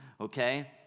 Okay